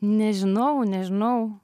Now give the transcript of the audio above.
nežinau nežinau